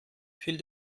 fiel